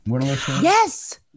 Yes